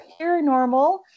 Paranormal